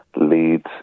leads